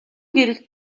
гэрэлд